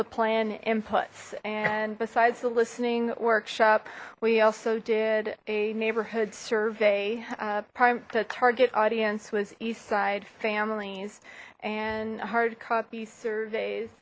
the plan inputs and besides the listening workshop we also did a neighborhood serve a prime target audience was eastside families and hardcopy